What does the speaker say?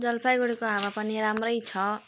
जलपाइगुडीको हावापानी राम्रै छ